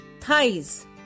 Thighs